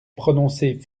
prononcée